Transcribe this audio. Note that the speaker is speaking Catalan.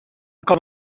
com